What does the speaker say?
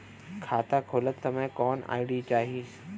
खाता खोलत समय कौन आई.डी चाही?